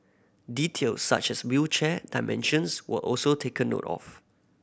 details such as wheelchair dimensions were also taken note of